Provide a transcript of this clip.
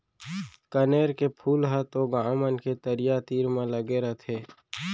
कनेर के फूल ह तो गॉंव मन के तरिया तीर म लगे रथे